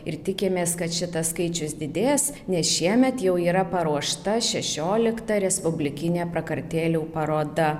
ir tikimės kad šitas skaičius didės nes šiemet jau yra paruošta šešiolikta respublikinė prakartėlių paroda